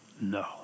No